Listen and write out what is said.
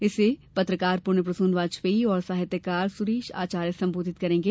इसे पत्रकार पुण्य प्रसून वाजपेयी और साहित्यकार सुरेश आचार्य संबोधित करेंगे